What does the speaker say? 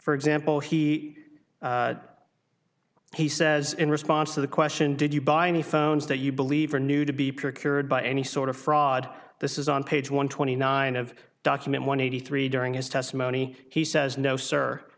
for example he he says in response to the question did you buy any phones that you believe are new to be procured by any sort of fraud this is on page one twenty nine of document one eighty three during his testimony he says no sir